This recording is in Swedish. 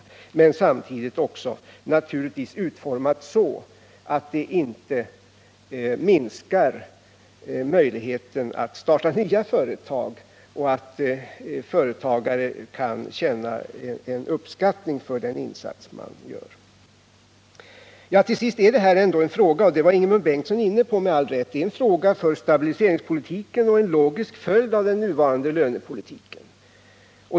Samtidigt skall ett dylikt system naturligtvis också vara så utformat att det inte minskar möjligheterna att starta nya företag. Företagaren måste kunna känna uppskattning för den insats han gör. Till sist är detta ändå en fråga som berör stabiliseringspolitiken och en logisk följd av den nuvarande lönepolitiken.